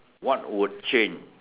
what would change